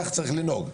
כך צריך לנהוג.